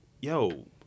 yo